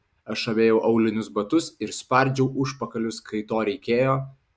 aš avėjau aulinius batus ir spardžiau užpakalius kai to reikėjo